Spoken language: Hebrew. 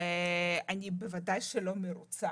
בוודאי שאני לא מרוצה.